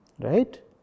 Right